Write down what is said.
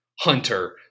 Hunter